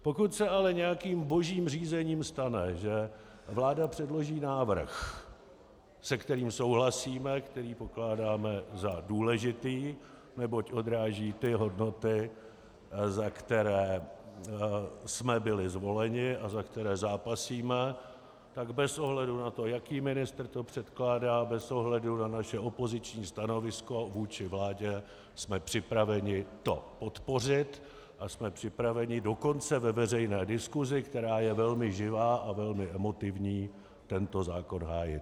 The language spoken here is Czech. Pokud se ale nějakým božím řízením stane, že vláda předloží návrh, se kterým souhlasíme, který pokládáme za důležitý, neboť odráží ty hodnoty, za které jsme byli zvoleni a za které zápasíme, tak bez ohledu na to, jaký ministr to předkládá, bez ohledu na naše opoziční stanovisko vůči vládě jsme připraveni to podpořit a jsme připraveni dokonce ve veřejné diskusi, která je velmi živá a velmi emotivní, tento zákon hájit.